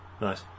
nice